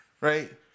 right